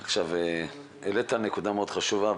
העלית נקודה מאוד חשובה.